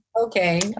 Okay